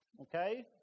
Okay